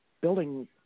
building